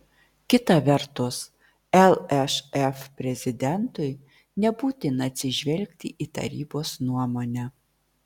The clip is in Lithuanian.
kita vertus lšf prezidentui nebūtina atsižvelgti į tarybos nuomonę